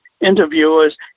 interviewers